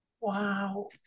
Wow